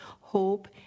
hope